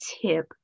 tip